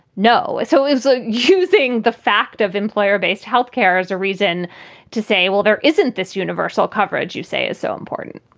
no. so is ah using the fact of employer based health care as a reason to say, well, there isn't this universal coverage. you say it's so important